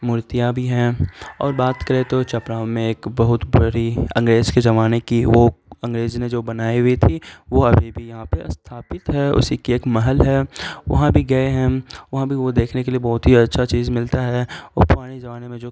مورتیاں بھی ہیں اور بات کریں تو چپراؤں میں ایک بہت بڑی انگریز کے زمانے کی وہ انگریز نے جو بنائی ہوئی تھی وہ ابھی بھی یہاں پہ استھاپت ہے اسی کی ایک محل ہے وہاں بھی گئے ہیں ہم وہاں بھی وہ دیکھنے کے لیے بہت ہی اچھا چیز ملتا ہے وہ پرانے زمانے میں جو